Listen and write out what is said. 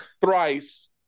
thrice